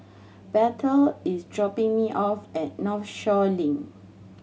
Bethel is dropping me off at Northshore Link